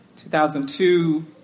2002